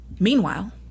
Meanwhile